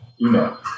email